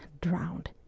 Drowned